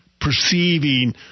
perceiving